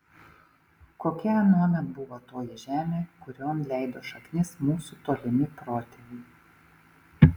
kokia anuomet buvo toji žemė kurion leido šaknis mūsų tolimi protėviai